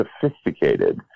sophisticated